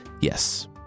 Yes